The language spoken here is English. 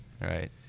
Right